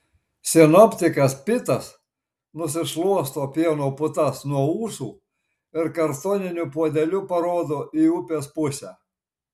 sinoptikas pitas nusišluosto pieno putas nuo ūsų ir kartoniniu puodeliu parodo į upės pusę